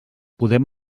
podem